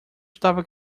estava